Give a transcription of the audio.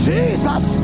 Jesus